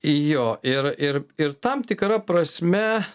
jo ir ir ir tam tikra prasme